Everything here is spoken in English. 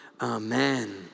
amen